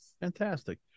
Fantastic